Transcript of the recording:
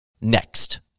next